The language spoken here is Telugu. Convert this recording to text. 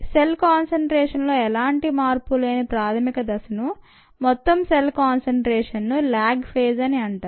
సెల్ కాన్సంట్రేషన్ లో ఎలాంటి మార్పు లేని ప్రాథమిక దశను మొత్తం సెల్ కాన్సంట్రేషన్ ను ల్యాగ్ ఫేజ్ అని అంటారు